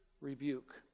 rebuke